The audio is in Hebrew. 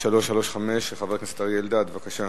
שאילתא 1335, של חבר הכנסת אריה אלדד, בבקשה.